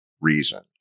reason